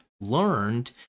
learned